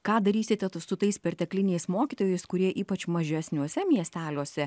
ką darysite tu su tais pertekliniais mokytojus kurie ypač mažesniuose miesteliuose